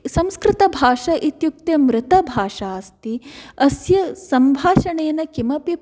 संस्कृतभाषा इत्युक्ते मृतभाषा अस्ति अस्य सम्भाषणेन किमपि